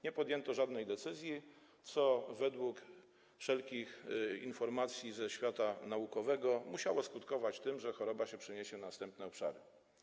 Nie podjęto żadnej decyzji, co według wszelkich informacji ze świata naukowego musiało skutkować tym, że choroba się przeniosła na następne obszary.